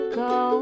go